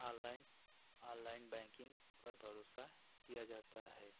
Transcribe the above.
online online banking पर भरोसा किया जाता है